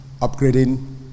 upgrading